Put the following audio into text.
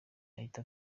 ahita